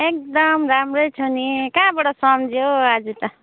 एकदम राम्रै छ नि कहाँबाट सम्झियो हौ आज त